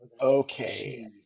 Okay